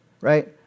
right